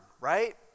right